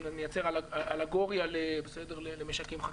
אם נייצר אלגוריה למשקים חקלאיים.